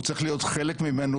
הוא צריך להיות חלק ממנו,